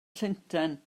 llundain